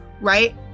Right